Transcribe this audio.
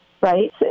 right